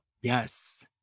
Yes